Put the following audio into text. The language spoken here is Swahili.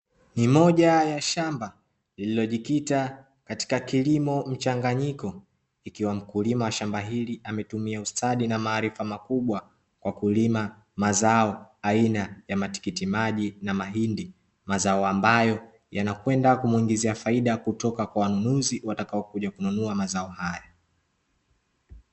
Ni moja ya shamba lililojikita katika kilimo mchanganyiko, ikiwa mkulima wa shamba hili ametumia ustadi na maarifa makubwa kwa kulima mazao aina ya matikiti maji na mahindi; mazao ambayo yanakwenda kumuingizia faida kutoka kwa wanunuzi watakaokuja kununua mazao haya.